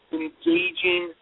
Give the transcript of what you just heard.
engaging